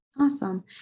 Awesome